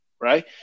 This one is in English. right